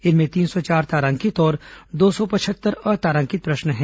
इनमें तीन सौ चार तारांकित और दो सौ पचहत्तर अतारांकित प्रश्न हैं